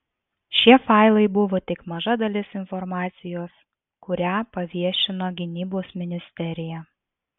šie failai buvo tik maža dalis informacijos kurią paviešino gynybos ministerija